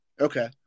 okay